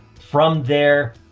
from there.